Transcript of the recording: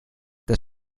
das